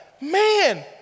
Man